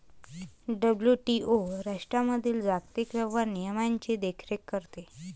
WTO राष्ट्रांमधील जागतिक व्यापार नियमांची देखरेख करते